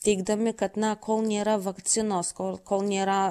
teigdami kad na kol nėra vakcinos kol kol nėra